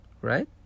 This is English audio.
right